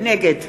נגד